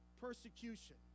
persecution